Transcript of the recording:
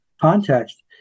context